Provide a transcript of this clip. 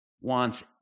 wants